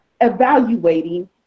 evaluating